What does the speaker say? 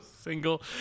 single